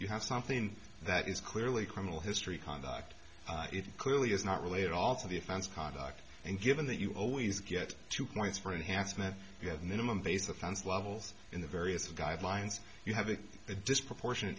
you have something that is clearly criminal history conduct it clearly is not related also the offense conduct and given that you always get two points for enhancement you have minimum base offense levels in the various guidelines you have a disproportionate